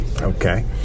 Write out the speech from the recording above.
Okay